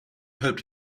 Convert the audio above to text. hoped